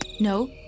No